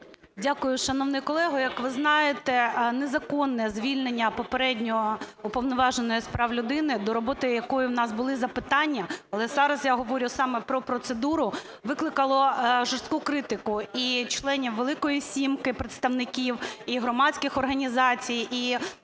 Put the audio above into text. Дякую, шановний колего. Як ви знаєте, незаконне звільнення попереднього Уповноваженого з прав людини, до роботи якої у нас були запитання, але зараз я говорю саме про процедуру, викликало жорстку критику і членів Великої сімки представників, і громадських організацій.